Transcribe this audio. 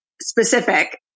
specific